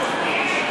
תבדוק.